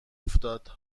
افتاد